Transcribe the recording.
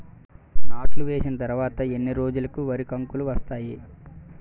నాట్లు వేసిన తర్వాత ఎన్ని రోజులకు వరి కంకులు వస్తాయి?